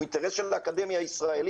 הוא אינטרס של האקדמיה הישראלית.